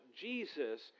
Jesus